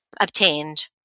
obtained